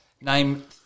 Name